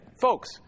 Folks